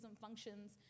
functions